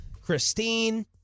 Christine